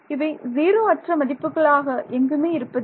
இவை 0 அற்ற மதிப்புகளாக எங்குமே இருப்பதில்லை